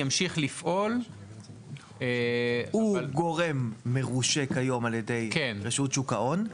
ימשיך לפעול --- הוא גורם מורשה כיום על ידי רשות שוק ההון.